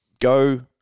go